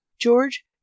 george